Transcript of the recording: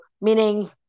meaning